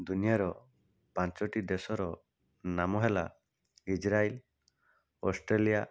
ଦୁନିଆର ପାଞ୍ଚଟି ଦେଶର ନାମ ହେଲା ଇସ୍ରାଇଲ୍ ଅଷ୍ଟ୍ରେଲିଆ